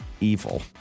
evil